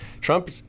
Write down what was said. Trump